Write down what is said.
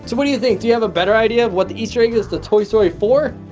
so what do you think? do you have a better idea of what the easter egg is to toy story four?